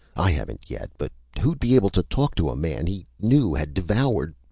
i haven't yet, but who'd be able to talk to a man he knew had devoured.